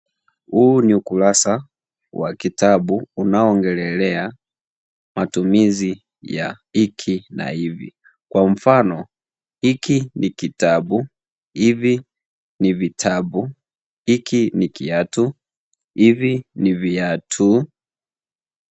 Huu ni ukurasa wa kitabu unaoongelelea matumizi ya hiki na hivi. Kwa mfano; hiki ni kitabu -hivi ni vitabu, hiki ni kiatu- hivi ni viatu.